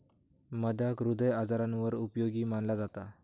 मधाक हृदय आजारांवर उपयोगी मनाला जाता